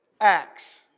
Acts